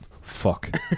Fuck